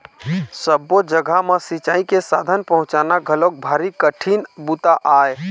सब्बो जघा म सिंचई के साधन पहुंचाना घलोक भारी कठिन बूता आय